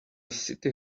city